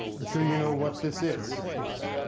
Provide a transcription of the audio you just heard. i'm sure you know what this is. it's